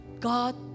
God